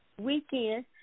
weekend